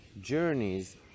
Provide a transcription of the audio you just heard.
journeys